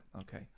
okay